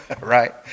right